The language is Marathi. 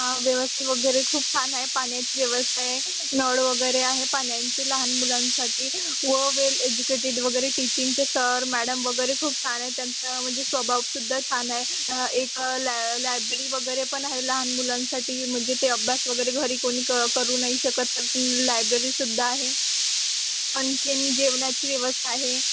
हां व्यवस्था वगैरे खूप छान आहे पाण्याची व्यवस्था आहे नळ वगैरे आहे पाण्याची लहान मुलांसाठी व वेल एज्युकेटेड वगैरे टीचिंगचे सर मॅडम वगैरे खूप छान आहेत त्यांचं म्हणजे स्वभाव सुद्धा छान आहेएक लाय लायब्ररी वगैरे पण आहे लहान मुलांसाठी म्हणजे ते अभ्यास वगैरे घरी कोणी क करू नाही शकत तर लायब्ररीसुद्धा आहे आणखी जेवणाची व्यवस्था आहे